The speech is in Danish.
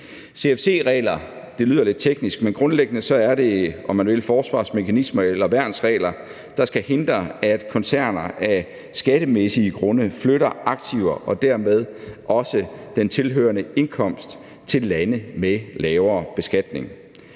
CFC-regler lyder lidt teknisk, men grundlæggende er det, om man vil, forsvarsmekanismer eller værnsregler, der skal hindre, at koncerner af skattemæssige grunde flytter aktiver og dermed også den tilhørende indkomst til lande med lavere beskatning.